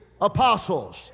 apostles